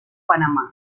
panamá